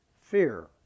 fear